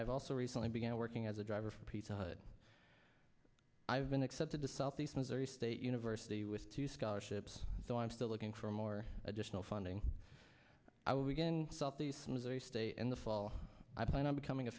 have also recently began working as a driver for pizza hut i've been accepted to southeast missouri state university with two scholarships so i'm still looking for more additional funding i will begin southeast missouri state and the fall i plan on becoming a